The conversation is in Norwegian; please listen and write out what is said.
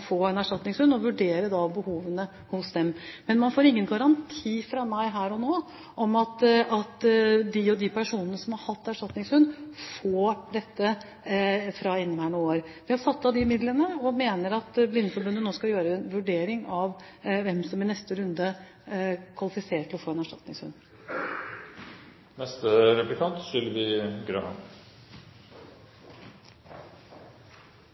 få en erstatningshund, og vurdere deres behov. Men man får ingen garanti fra meg her og nå om at de og de personene som har hatt en erstatningshund, får dette fra inneværende år. Vi har satt av de midlene, og vi mener at Blindeforbundet nå skal gjøre en vurdering av hvem som i neste runde kvalifiserer til å få en